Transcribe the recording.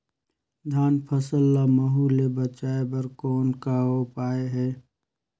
धान फसल ल महू ले बचाय बर कौन का उपाय हे?